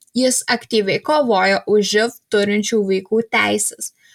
jis aktyviai kovojo už živ turinčių vaikų teises